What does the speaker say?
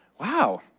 Wow